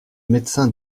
médecins